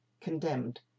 condemned